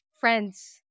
friends